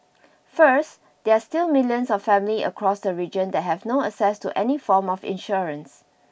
first there are still millions of families across the region that have no access to any form of insurance